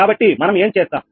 కాబట్టి మనం ఏం చేస్తాం